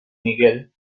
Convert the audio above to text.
miguel